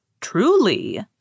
Truly